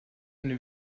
eine